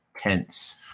tense